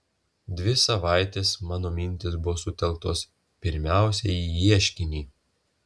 dvi savaitės mano mintys buvo sutelktos pirmiausia į ieškinį